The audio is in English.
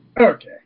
Okay